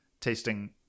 tasting